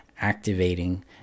activating